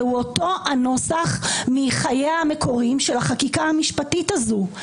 זה אותו הנוסח מחייה המקוריים של החקיקה המשפטית הזאת.